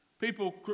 people